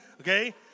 okay